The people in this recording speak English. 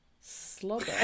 Slobber